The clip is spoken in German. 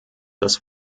das